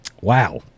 Wow